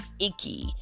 icky